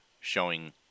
showing